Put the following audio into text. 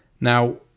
Now